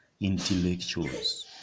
intellectuals